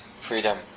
freedom